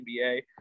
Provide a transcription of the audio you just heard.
NBA